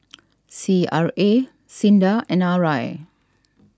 C R A Sinda and R I